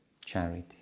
charity